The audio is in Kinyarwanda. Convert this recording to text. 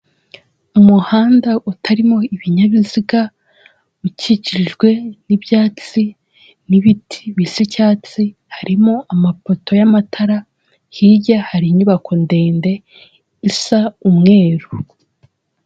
Umuhanda utarimo ibinyabiziga, ukikijwe n'ibyatsi n'ibiti bisa icyatsi, harimo amapoto y'amatara, hirya hari inyubako ndende isa umweru.